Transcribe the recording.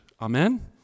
Amen